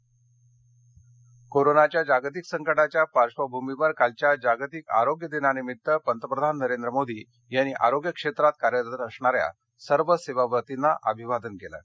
आरोग्य दिन कोरोनाच्या जागतिक संकाच्या पार्वभूमीवर कालच्या जागतिक आरोग्य दिनानिमित्त पंतप्रधान नरेंद्र मोदी यांनी आरोग्य क्षेत्रात कार्यरत असणाऱ्या सर्व सेवाव्रतीना अभिवादन केलं आहे